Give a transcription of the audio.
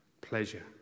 pleasure